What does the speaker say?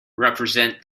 represent